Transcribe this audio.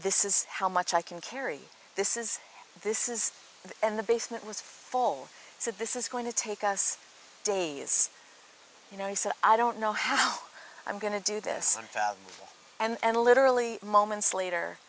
this is how much i can carry this is this is and the basement was full so this is going to take us days you know he said i don't know how i'm going to do this and literally moments later